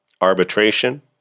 arbitration